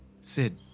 Sid